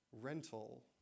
rental